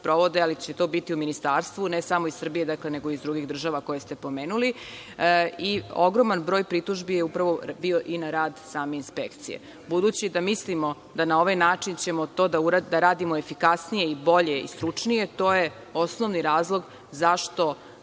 sprovode, ali će to biti u Ministarstvu, ne samo iz Srbije, nego i iz drugih država koje ste pomenuli. Ogroman broj pritužbi je upravo bio i na rad same inspekcije. Budući da mislimo da na ovaj način ćemo to da radimo efikasnije i bolje i stručnije, to je osnovni razlog zašto